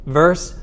verse